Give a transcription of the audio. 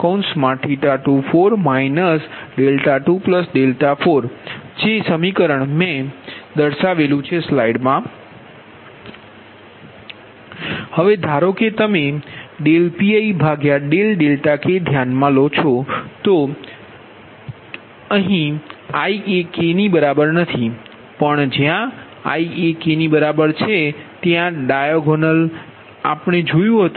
તેથી i એ k ની બરાબર નથી પણ જ્યા i એ k ની બરાબર છે ત્યાં ડાયાગોનલ છે જે આપણે જોયું છે